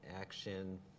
action